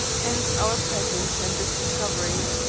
hence our presence and this discovery.